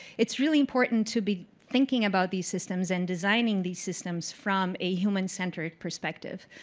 it's really important to be thinking about these systems and designing these systems from a human-centered perspective.